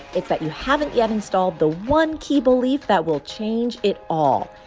it's that you haven't yet installed the one key belief that will change it all.